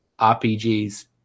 RPGs